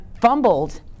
fumbled